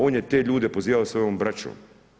On je te ljude pozivao svojom braćom.